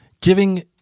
giving